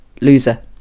loser